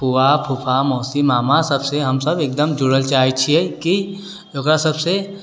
फुआ फूफा मौसी मामा सबसँ हम सब एकदम सबसँ जुड़ऽ चाहै छियै की ओकरा सबसँ